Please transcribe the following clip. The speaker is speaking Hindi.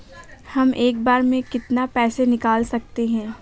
हम एक बार में कितनी पैसे निकाल सकते हैं?